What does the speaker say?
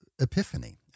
Epiphany